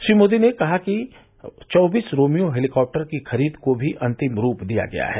श्री मोदी ने कहा है कि चौबीस रोमियो हैलीकॉप्टरों की खरीद को भी अंतिम रूप दिया गया है